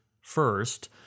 First